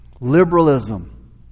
Liberalism